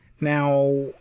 Now